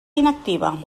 inactiva